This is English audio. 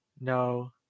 No